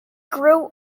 grew